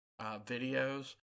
videos